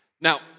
Now